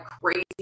crazy